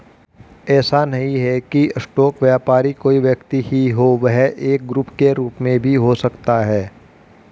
ऐसा नहीं है की स्टॉक व्यापारी कोई व्यक्ति ही हो वह एक ग्रुप के रूप में भी हो सकता है